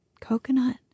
coconut